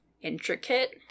intricate